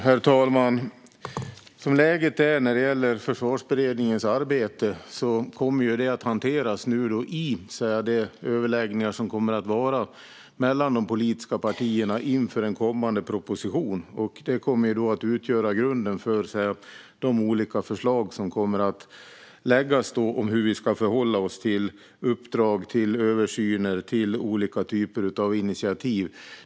Herr talman! Som läget är när det gäller Försvarsberedningens arbete kommer detta att hanteras i de överläggningar som nu kommer att ske mellan de politiska partierna inför en kommande proposition. Det kommer att utgöra grunden för de olika förslag som kommer att läggas fram om hur vi ska förhålla oss till uppdrag, översyner och olika typer av initiativ.